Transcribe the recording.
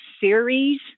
series